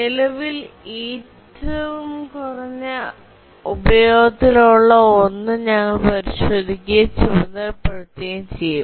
നിലവിൽ ഏറ്റവും കുറഞ്ഞ ഉപയോഗത്തിലുള്ള ഒന്ന് ഞങ്ങൾ പരിശോധിക്കുകയും ചുമതലപ്പെടുത്തുകയും ചെയ്യും